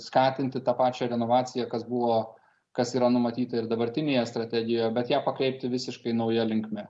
skatinti tą pačią renovaciją kas buvo kas yra numatyta ir dabartinėje strategijoje bet ją pakreipti visiškai nauja linkme